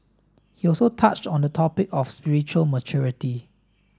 he also touched on the topic of spiritual maturity